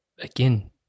again